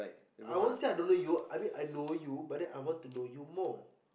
I won't say I don't know you I mean I know you but then I want to know you more